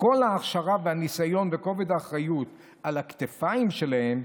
עם כל ההכשרה והניסיון וכובד האחריות על הכתפיים שלהם,